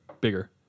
bigger